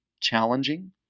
challenging